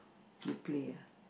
you play ah